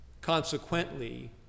Consequently